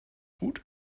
gut